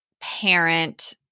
parent